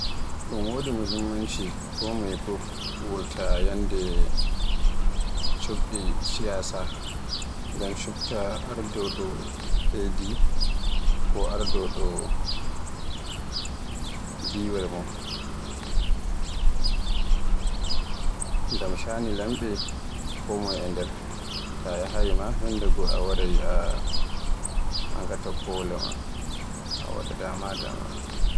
Ɗun wodi muhimmanci komoye fuf wurto ñyande cuɓɓɗi siyasa ngam cubbta ardoɗo leydi, ko ardoɗo diiwal mon, ngam shanu lamɓe komeye e nder taa yahaayi ma yanndegoo a a warta a ngàta kolaa maaɗa a waɗa dama-dama.